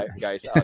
guys